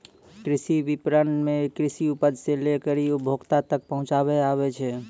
कृषि विपणन मे कृषि उपज से लै करी उपभोक्ता तक पहुचाबै आबै छै